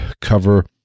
cover